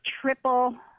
triple